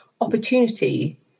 opportunity